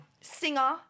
singer